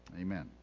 Amen